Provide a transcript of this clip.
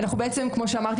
כמו שאמרתי,